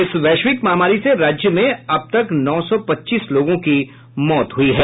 इस वैश्विक महामारी से राज्य में अब तक नौ सौ पच्चीस लोगों की मौत हो चुकी है